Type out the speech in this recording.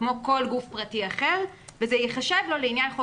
כמו כל גוף פרטי אחר וזה ייחשב לו לעניין חוק